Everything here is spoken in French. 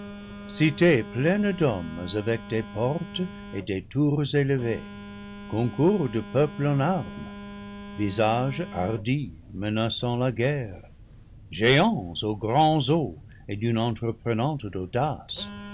cités pleines d'hommes avec des portes et des tours élevées concours de peuple en armes visages hardis menaçant la guerre géants aux grands os et d'une entreprenante audace